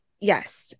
Yes